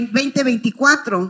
2024